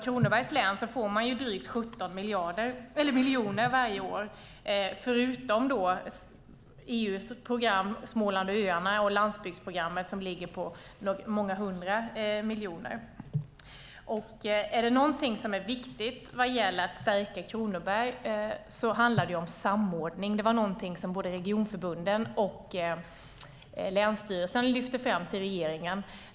Kronobergs län får drygt 17 miljoner varje år förutom EU:s program för Småland och Öarna och landsbygdsprogrammet, som ligger på många hundra miljoner. Är det någonting som är viktigt vad gäller att stärka Kronoberg är det samordning. Det var någonting som både regionförbunden och länsstyrelsen lyfte fram för regeringen.